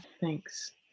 Thanks